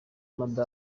mme